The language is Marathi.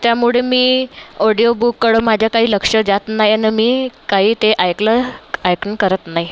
त्यामुळे मी ओडिओ बुककडं माझा काही लक्ष जात नाही आणि मी काही ते ऐकलं ऐकून करत नाही